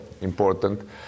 important